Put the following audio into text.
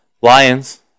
Lions